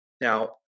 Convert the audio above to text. Now